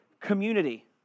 community